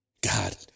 God